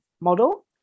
model